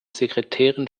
sekretärin